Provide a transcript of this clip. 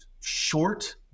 short